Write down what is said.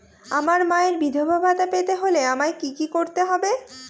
আমার মায়ের বিধবা ভাতা পেতে হলে আমায় কি কি করতে হবে?